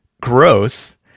gross